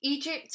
Egypt